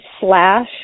slash